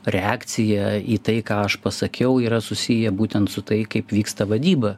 reakcija į tai ką aš pasakiau yra susiję būtent su tai kaip vyksta vadyba